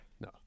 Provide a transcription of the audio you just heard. No